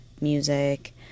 music